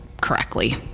correctly